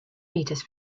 metres